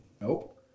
Nope